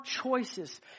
choices